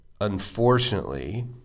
unfortunately